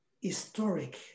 historic